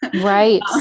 Right